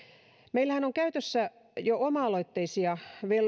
meillähän on jo käytössä oma aloitteisia